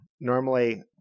Normally